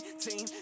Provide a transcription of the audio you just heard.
team